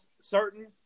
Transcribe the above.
certain